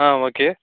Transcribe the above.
ஆ okay